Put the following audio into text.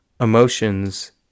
emotions